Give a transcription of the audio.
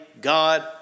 God